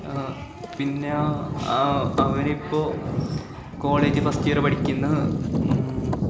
പിന്നാ അവനിപ്പോൾ കോളേജിൽ ഫസ്റ്റ് ഇയർ പഠിക്കുന്നു